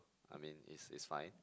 I mean is is fine